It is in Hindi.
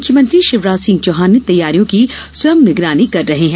मुख्यमंत्री शिवराज सिंह चौहान तैयारियों की स्वयं निगरानी कर रहे हैं